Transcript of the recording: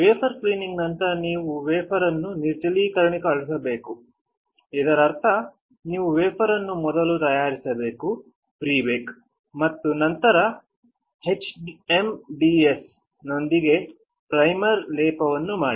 wafer cleaning ನಂತರ ನೀವು wafer ಅನ್ನು ನಿರ್ಜಲೀಕರಣಗೊಳಿಸಬೇಕು ಇದರರ್ಥ ನೀವು ವೇಫರ್ ಅನ್ನು ಮೊದಲೇ ತಯಾರಿಸಬೇಕು ಮತ್ತು ನಂತರ ಎಚ್ಎಂಡಿಎಸ್ ನೊಂದಿಗೆ ಪ್ರೈಮರ್ ಲೇಪನವನ್ನು ಮಾಡಿ